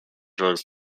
drugs